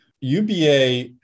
UBA